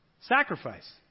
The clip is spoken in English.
Sacrifice